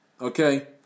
okay